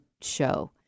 show